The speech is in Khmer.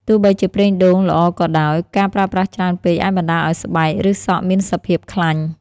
ទោះបីជាប្រេងដូងល្អក៏ដោយ ការប្រើប្រាស់ច្រើនពេកអាចបណ្ដាលឱ្យស្បែក ឬសក់មានសភាព ខ្លាញ់។